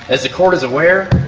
as the court is aware,